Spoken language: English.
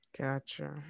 Gotcha